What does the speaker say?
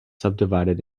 subdivided